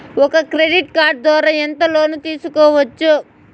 ఒక credit card ద్వారా ఎంత లోను తీసుకోవచ్చు?